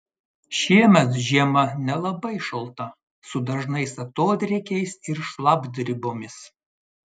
šiemet žiema nelabai šalta su dažnais atodrėkiais ir šlapdribomis